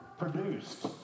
Produced